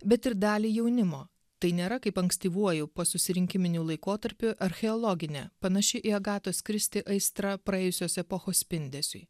bet ir dalį jaunimo tai nėra kaip ankstyvuoju posusirinkiminiu laikotarpiu archeologinė panaši į agatos kristi aistra praėjusios epochos spindesiui